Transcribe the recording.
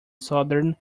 southern